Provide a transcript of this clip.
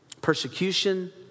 persecution